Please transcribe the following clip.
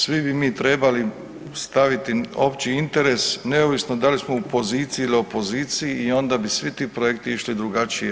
Svi bi mi trebali staviti opći interes neovisno da li smo u poziciji ili opoziciji i onda bi svi ti projekti išli drugačije.